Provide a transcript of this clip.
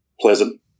pleasant